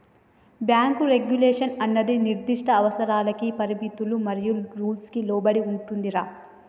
bank regulation అన్నది నిర్దిష్ట అవసరాలకి పరిమితులు మరియు రూల్స్ కి లోబడి ఉంటుందిరా